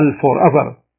forever